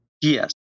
Yes